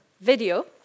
video